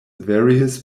various